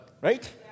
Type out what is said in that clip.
right